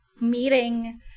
meeting